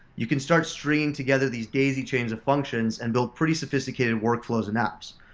you can start stringing together these daisy chains of functions and build pretty sophisticated workflows and apps.